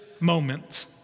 moment